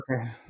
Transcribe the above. okay